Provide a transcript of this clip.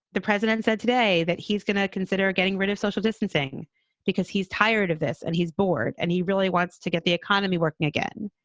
the president said today that he's going to consider getting rid of social distancing because he's tired of this and he's bored and he really wants to get the economy working again.